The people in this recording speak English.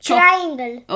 Triangle